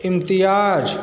इम्तियाज़